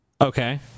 Okay